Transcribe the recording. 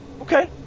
Okay